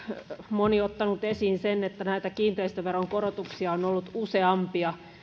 moni ottanut esiin sen että näitä kiinteistöveron korotuksia on on ollut useampia